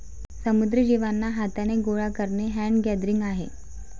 समुद्री जीवांना हाथाने गोडा करणे हैंड गैदरिंग आहे